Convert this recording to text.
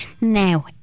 Now